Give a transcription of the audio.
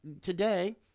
today